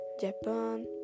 Japan